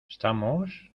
estamos